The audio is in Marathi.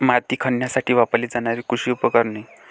माती खणण्यासाठी वापरली जाणारी कृषी उपकरणे